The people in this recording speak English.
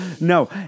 No